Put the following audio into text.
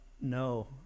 no